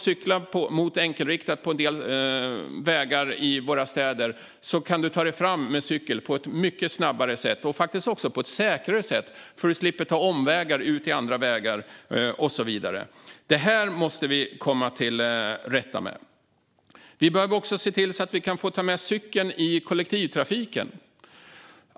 Cykling mot enkelriktning på en del gator i våra städer skulle göra att folk kan ta sig fram på ett mycket snabbare sätt på cykel - och faktiskt också säkrare, därför att de slipper ta omvägar ut i andra vägar och så vidare. Detta måste vi komma till rätta med. Vi behöver också se till att man kan få ta med cykeln i kollektivtrafiken.